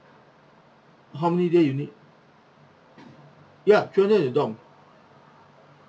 how many day you need ya three hundred is dorm